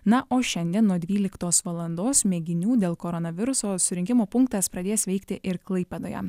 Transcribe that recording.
na o šiandien nuo dvyliktos valandos mėginių dėl koronaviruso surinkimo punktas pradės veikti ir klaipėdoje